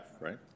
right